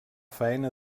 faena